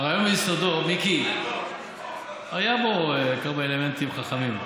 הרעיון ביסודו, מיקי, היו בו כמה אלמנטים חכמים.